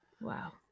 Wow